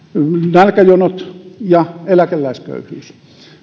nälkäjonot ja eläkeläisköyhyys